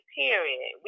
period